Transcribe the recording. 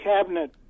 cabinet